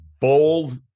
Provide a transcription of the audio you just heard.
bold